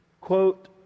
Quote